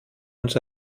uns